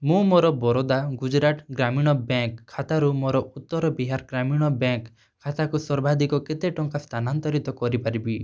ମୁଁ ମୋର ବରୋଦା ଗୁଜୁରାଟ ଗ୍ରାମୀଣ ବ୍ୟାଙ୍କ୍ ଖାତାରୁ ମୋର ଉତ୍ତର ବିହାର ଗ୍ରାମୀଣ ବ୍ୟାଙ୍କ୍ ଖାତାକୁ ସର୍ବାଧିକ କେତେ ଟଙ୍କା ସ୍ଥାନାନ୍ତରିତ କରିପାରିବି